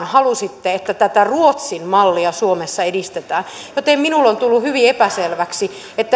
halusitte että tätä ruotsin mallia suomessa edistetään joten minulle on tullut hyvin epäselväksi